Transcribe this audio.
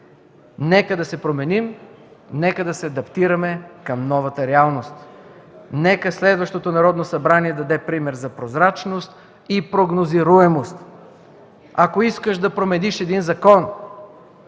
Нека да се променим, нека да се адаптираме към новата реалност. Нека следващото Народно събрание даде пример за прозрачност и прогнозируемост. Ако искаш да промениш един закон,